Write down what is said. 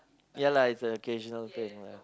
ya lah it's a occasional thing lah